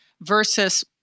versus